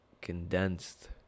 condensed